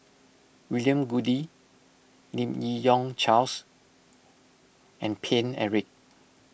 William Goode Lim Yi Yong Charles and Paine Eric